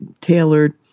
tailored